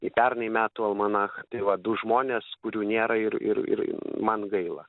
į pernai metų almanachą tai va du žmonės kurių nėra ir ir ir man gaila